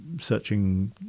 Searching